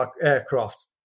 aircraft